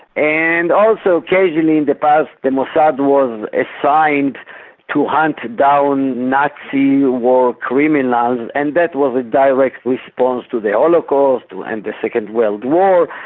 and also occasionally in the past, the mossad was assigned to hunt down nazi war criminals and that was a direct response to the ah holocaust and the second world war,